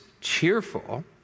cheerful